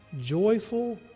joyful